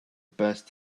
best